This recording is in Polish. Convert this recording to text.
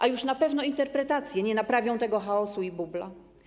A już na pewno interpretacje nie naprawią tego chaosu i bubla.